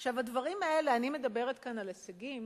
עכשיו, הדברים האלה, אני מדברת כאן על הישגים,